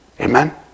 Amen